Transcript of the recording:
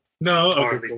no